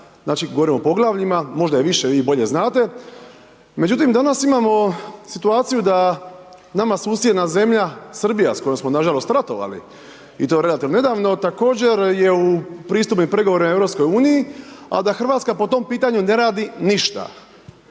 znači govorim o poglavljima, možda je više, vi bolje znate. Međutim, danas imamo situaciju da nama susjedna zemlja, Srbija s kojom smo nažalost ratovali i to relativno nedavno, također je u pristupnim pregovorima u EU, a da Hrvatska po tom pitanju ne radi ništa.